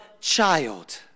child